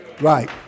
right